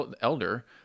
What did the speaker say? elder